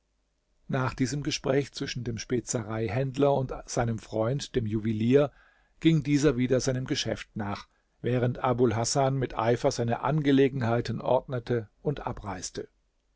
nach diesem gespräch zwischen dem spezereihändler und seinem freund dem juwelier ging dieser wieder seinem geschäft nach während abul hasan mit eifer seine angelegenheiten ordnete und abreiste